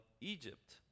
egypt